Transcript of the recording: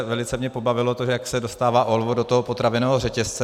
Velice mě pobavilo to, jak se dostává olovo do toho potravinového řetězce.